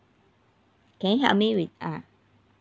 can you help me with ah